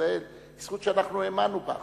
בארץ-ישראל היא זכות שאנחנו האמנו בה.